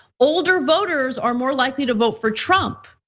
older voters are more likely to vote for trump.